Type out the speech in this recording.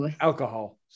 alcohol